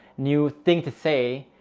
new thing to say.